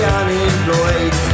unemployed